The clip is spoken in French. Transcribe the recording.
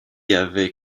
avaient